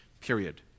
period